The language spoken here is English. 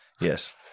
Yes